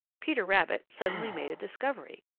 peter rabbit suddenly made a discovery.